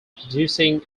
producing